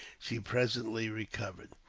she presently recovered.